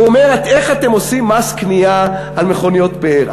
הוא אומר: איך אתם עושים מס קנייה על מכוניות פאר?